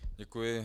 Děkuji.